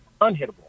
unhittable